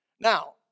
Now